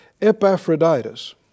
Epaphroditus